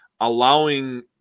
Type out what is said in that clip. allowing